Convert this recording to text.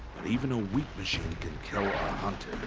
but even a weak machine can kill ah a hunter.